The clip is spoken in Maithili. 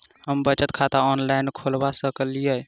हम बचत खाता ऑनलाइन खोलबा सकलिये?